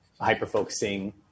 hyper-focusing